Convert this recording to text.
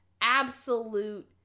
absolute